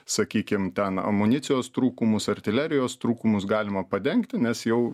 sakykim ten amunicijos trūkumus artilerijos trūkumus galima padengti nes jau